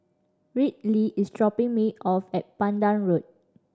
Riley is dropping me off at Pandan Road